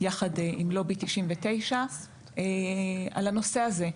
יחד עם לובי 99 על הנושא הזה.